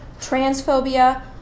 transphobia